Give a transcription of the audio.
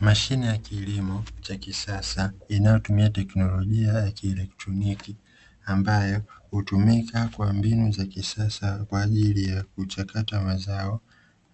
Mashine ya kilimo cha kisasa inayotumia teknolojia ya kielektroniki ambayo hutumika kwa mbinu za kisasa kwa ajili ya kuchakata mazao,